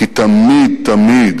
כי תמיד-תמיד